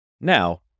Now